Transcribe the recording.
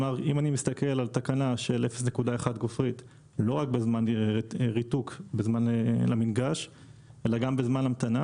אם אני מסתכל על תקנה של 0.1 גופרית לא רק בזמן ריתוק אלא גם בזן המתנה